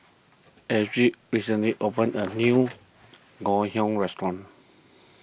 Alexys recently opened a new Ngoh Hiang restaurant